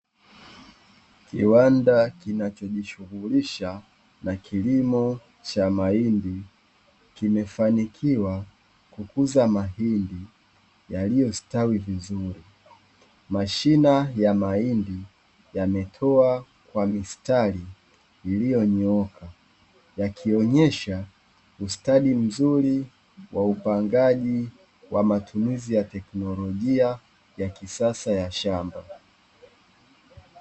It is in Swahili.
Kiwanda kinachojishughulisha na kilimo cha mahindi, kimefanikiwa kukuza mahindi yaliyostawi vizuri. Mashina ya mahindi yametoa mistari iliyonyooka yakionesha ustadi mzuri wa upangaji wa matumizi ya teknolojia ya kisasa ya shamba.